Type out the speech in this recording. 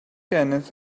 tennis